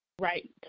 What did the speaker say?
Right